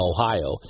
Ohio